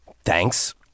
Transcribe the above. Thanks